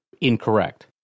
incorrect